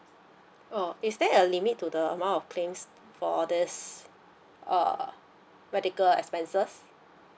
oh is there a limit to the amount of claims for this uh medical expenses